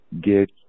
get